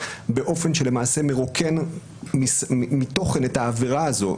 באופן שלמעשה מרוקן מתוכן את העבירה הזאת.